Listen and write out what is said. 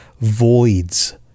voids